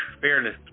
fairness